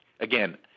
Again